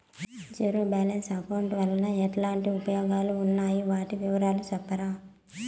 Zero balance account వలన ఎట్లాంటి ఉపయోగాలు ఉన్నాయి? వాటి వివరాలు సెప్తారా?